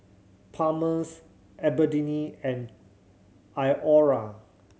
Palmer's Albertini and Iora